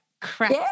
crack